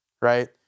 right